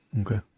okay